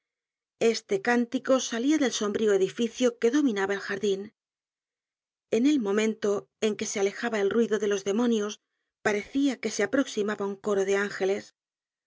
este cántico salia del sombrío edificio que dominaba el jar din en el momento en que se alejaba el ruido de los demonios parecia que se aproximaba un coro de ángeles